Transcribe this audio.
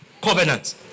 covenant